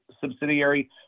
subsidiary